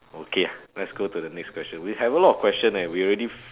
okay ah let's go to the next question we have a lot of question leh we already fi~